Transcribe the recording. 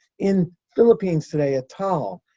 in philippines today at taal,